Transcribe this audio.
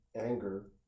anger